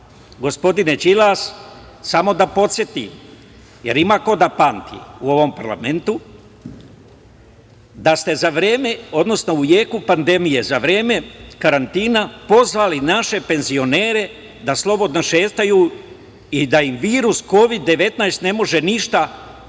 gospodine Đilas, samo da podsetim, jer ima ko da pamti u ovom parlamentu, da ste za u jeku pandemije, za vreme karantina pozvali naše penzionere da slobodno šetaju i da im virus Kovid-19 ne može ništa da